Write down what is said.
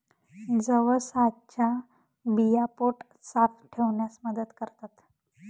जवसाच्या बिया पोट साफ ठेवण्यास मदत करतात